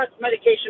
medication